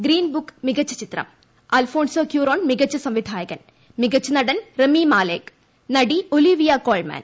Green Book മികച്ച ചിത്രം Alfonso Cuaron മികച്ച സംവിധായകൻ മികച്ച നടൻ റെമി മാലേക്ക് നടി ഒലീവിയാ കോൾമാൻ